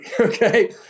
okay